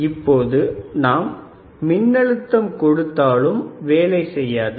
இப்போது நாம் மின்னழுத்தம் கொடுத்தாலும் வேலை செய்யாது